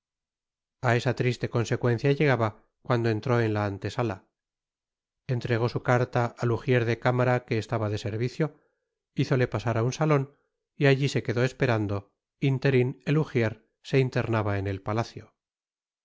a esa triste consecuencia llegaba cuando entró en la antesala entregó su carta al ujier de cámara que estaba de servicio hízole pasar á un salon y allí se quedó esperando ínterin el ujier se internaba en el patacio